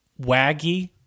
waggy